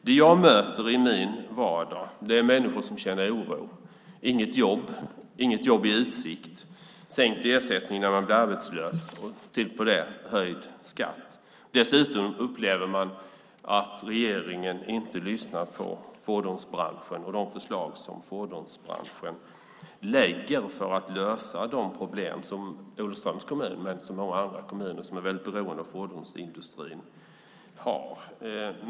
Det jag möter i min vardag är människor som känner oro. Det finns inget jobb i utsikt. Det är sänkt ersättning när man blir arbetslös - och på detta höjd skatt. Dessutom upplever man att regeringen inte lyssnar på fordonsbranschen och de förslag som fordonsbranschen lägger fram för att lösa de problem som Olofströms kommun och andra kommuner som är beroende av fordonsindustrin har.